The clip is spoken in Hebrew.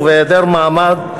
ובהיעדר מעמד,